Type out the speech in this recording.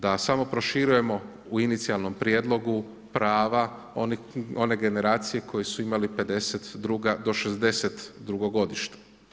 Da samo proširujemo u inicijalnom prijedlogu prava one generacije koje su imali 52.-62. godište.